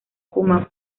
kuma